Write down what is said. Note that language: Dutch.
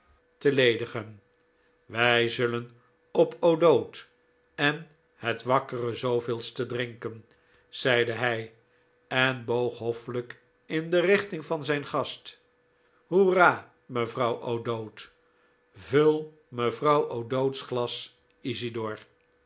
te ledigen wij zullen op o'dowd en het wakkere de drinken zeide hij en boog hoffelijk in de richting van zijn gast hoera mevrouw o'dowd vul mevrouw o'dowd's glas isidor